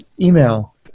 email